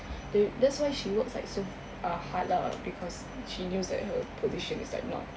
that's why she works like so uh hard lah because she knows that her position is like not